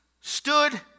stood